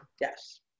Yes